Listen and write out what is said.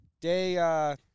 Day